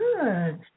Good